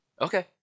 Okay